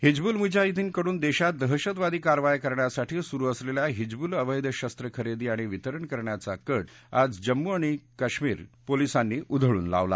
हिजबूल मुजाहिद्दीन कडून देशात दहशतवादी कारवाया करण्यासाठी सुरु असलेल्या हिजबूल अवेध शस्त्रखरेदी आणि वितरण करण्याचा कट आज जम्मू कश्मीर पोलिसांनी उधळून लावला